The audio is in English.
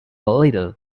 little